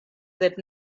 that